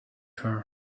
her